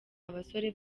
abasore